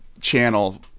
channel